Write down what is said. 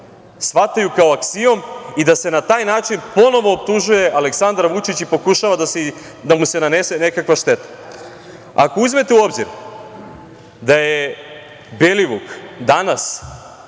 shvataju kao aksiom i da se na taj način ponovo optužuje Aleksandar Vučić i pokušava da mu se nanese nekakva šteta. Ako uzmete u obzir da je Belivuk danas